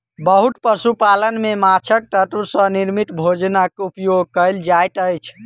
बहुत पशु पालन में माँछक तत्व सॅ निर्मित भोजनक उपयोग कयल जाइत अछि